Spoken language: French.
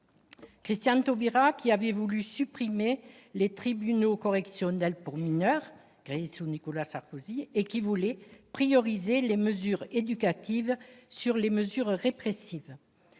Christiane Taubira, qui voulait supprimer les tribunaux correctionnels pour mineurs créés sous Nicolas Sarkozy et donner la priorité aux mesures éducatives sur les mesures répressives.